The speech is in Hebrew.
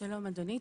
שלום אדוני,